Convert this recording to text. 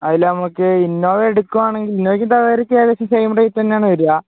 അതിൽ നമ്മൾക്ക് ഇന്നോവ എടുക്കുകയാണെങ്കിൽ ഇന്നോവയ്ക്കും ടവേരക്കും ഏകദേശം സെയിം റേയ്റ്റ് തന്നെയാണ് വരിക